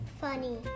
Funny